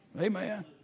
Amen